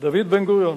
דוד בן-גוריון.